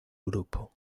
grupo